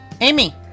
Amy